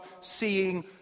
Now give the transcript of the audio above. seeing